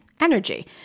energy